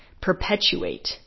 perpetuate